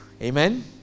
Amen